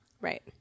Right